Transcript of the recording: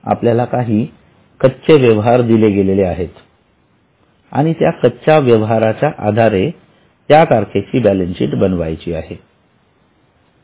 आपल्याला काही कच्चे व्यवहार दिले गेलेले आहेत आणि त्या कच्च्या व्यवहाराच्या आधारे त्या तारखेची बॅलन्सशीट बनवायची आहे